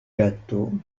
gâteau